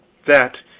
that,